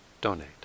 donate